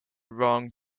wrong